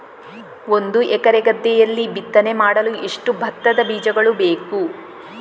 ಒಂದು ಎಕರೆ ಗದ್ದೆಯಲ್ಲಿ ಬಿತ್ತನೆ ಮಾಡಲು ಎಷ್ಟು ಭತ್ತದ ಬೀಜಗಳು ಬೇಕು?